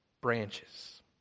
Branches